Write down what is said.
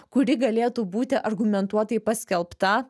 kuri galėtų būti argumentuotai paskelbta